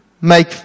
make